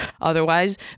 Otherwise